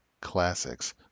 classics